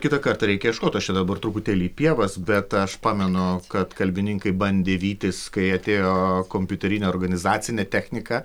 kitą kartą reikia ieškot aš čia dabar truputėlį į pievas bet aš pamenu kad kalbininkai bandė vytis kai atėjo kompiuterinė organizacinė technika